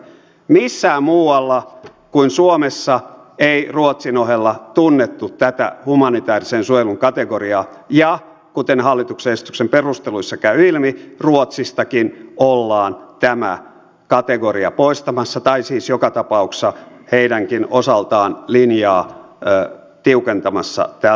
missään muualla kuin suomessa ei ruotsin ohella tunnettu tätä humanitäärisen suojelun kategoriaa ja kuten hallituksen esityksen perusteluissa käy ilmi ruotsistakin ollaan tämä kategoria poistamassa tai siis joka tapauksessa heidänkin osaltaan linjaa tiukentamassa tältä osin